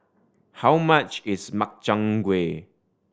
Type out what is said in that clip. how much is Makchang Gui